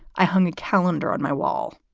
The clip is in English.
i hung the calendar on my wall.